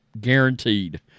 Guaranteed